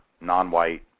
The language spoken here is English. non-white